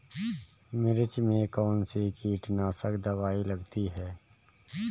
मिर्च में कौन सी कीटनाशक दबाई लगानी चाहिए?